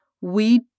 We